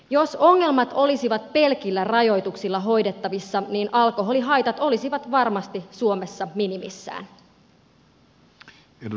jos ongelmat olisivat pelkillä rajoituksilla hoidettavissa niin alkoholihaitat olisivat varmasti suomessa minimissään